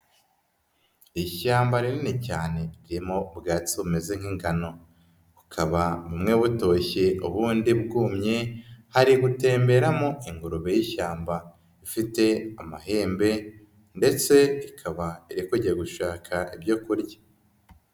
Ishyamba rinini cyane ririmo ubwatsi bumeze nk'ingano, bukaba bumwe butoshye ubundi bwumye hari gutemberamo ingurube y'ishyamba, ifite amahembe ndetse ikaba iri kujya gushaka ibyo kurya.